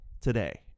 today